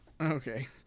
Okay